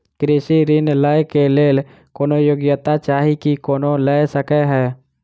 कृषि ऋण लय केँ लेल कोनों योग्यता चाहि की कोनो लय सकै है?